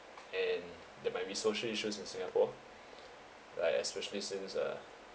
and that might be social issues in singapore like especially since uh